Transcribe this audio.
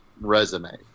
resume